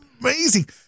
amazing